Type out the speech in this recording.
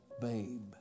babe